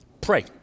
Pray